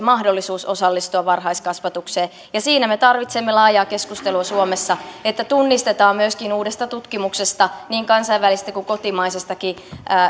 mahdollisuus osallistua varhaiskasvatukseen ja siinä me tarvitsemme laajaa keskustelua suomessa että tunnistetaan myöskin uudesta tutkimuksesta niin kansainvälisestä kuin kotimaisestakin